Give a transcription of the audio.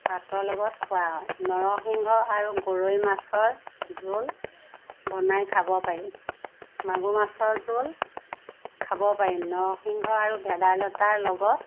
ভাতৰ লগত খোৱা হয় নৰসিংহ আৰু গৰৈ মাছৰ জোল বনাই খাব পাৰি মাগুৰ মাছৰ জোল খাব পাৰি নৰসিংহ আৰু ভেদাইলতাৰ লগত